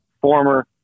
former